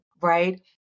Right